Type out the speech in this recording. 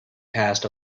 past